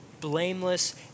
blameless